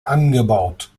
angebaut